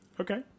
Okay